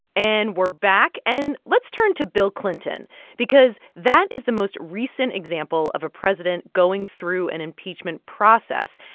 and we're back. and let's turn to bill clinton because that is the most recent example of a president going through an and impeachment process.